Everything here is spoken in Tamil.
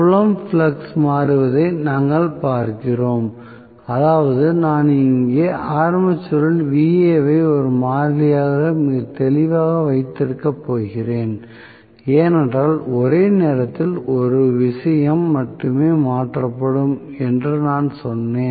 புலம் ஃப்ளக்ஸ் மாறுவதை நாங்கள் பார்க்கிறோம் அதாவது நான் இங்கே ஆர்மேச்சரில் Va வை ஒரு மாறிலியாக மிக தெளிவாக வைத்திருக்கப் போகிறேன் ஏனென்றால் ஒரே நேரத்தில் ஒரு விஷயம் மட்டுமே மாற்றப்படும் என்று நான் சொன்னேன்